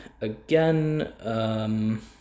again